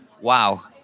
wow